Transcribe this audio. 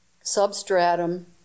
substratum